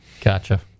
Gotcha